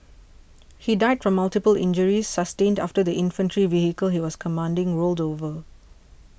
he died from multiple injuries sustained after the infantry vehicle he was commanding rolled over